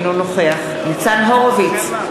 אינו נוכח ניצן הורוביץ,